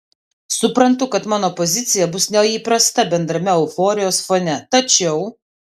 suprantu kad mano pozicija bus neįprasta bendrame euforijos fone tačiau